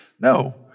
No